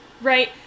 right